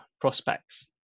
prospects